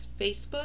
Facebook